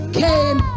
came